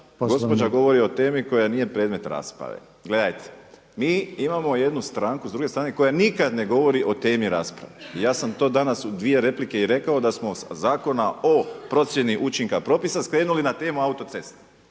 gospođa govori o temi koja nije predmet rasprave. Gledajte mi imamo jednu stranku s druge strane koja nikada ne govori o temi rasprave. Ja sam to danas u dvije replike rekao da smo sa Zakona o procjeni učinka propisa skrenuli na temu autoceste.